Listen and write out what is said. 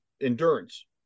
endurance